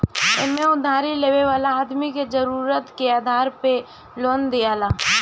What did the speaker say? एमे उधारी लेवे वाला आदमी के जरुरत के आधार पे लोन दियाला